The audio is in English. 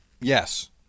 Yes